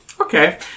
okay